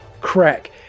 crack